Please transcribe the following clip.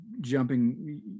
jumping